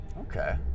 Okay